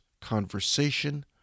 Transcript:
conversation